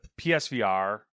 PSVR